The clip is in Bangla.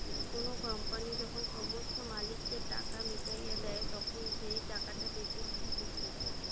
কোনো কোম্পানি যখন সমস্ত মালিকদের টাকা মিটাইয়া দেই, তখন যেই টাকাটা বেঁচে থাকতিছে